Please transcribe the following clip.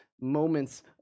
moments